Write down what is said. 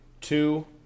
two